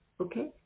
okay